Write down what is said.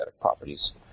properties